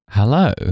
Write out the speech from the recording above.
Hello